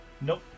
nope